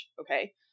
Okay